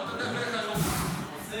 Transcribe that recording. אבל אתה יודע, בדרך כלל אני לא חורג.